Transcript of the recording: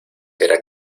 era